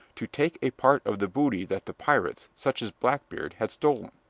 to take a part of the booty that the pirates, such as blackbeard, had stolen.